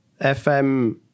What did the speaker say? FM